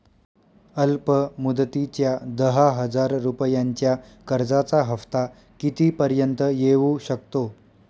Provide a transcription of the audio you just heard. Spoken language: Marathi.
अल्प मुदतीच्या दहा हजार रुपयांच्या कर्जाचा हफ्ता किती पर्यंत येवू शकतो?